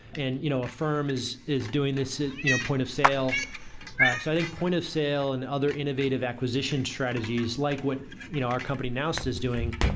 and you know a firm is is doing this you know point-of-sale, so i think point-of-sale and other innovative acquisition strategies, like what you know our company now so is doing,